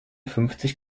fünfzig